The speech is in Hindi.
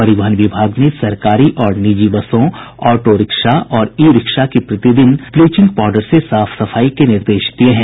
परिवहन विभाग ने सरकारी और निजी बसों ऑटो रिक्शा और ई रिक्शा की प्रतिदिन ब्लीचिंग पाउडर से साफ सफाई के निर्देश दिये हैं